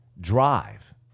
drive